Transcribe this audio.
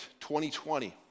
2020